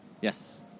Yes